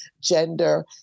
gender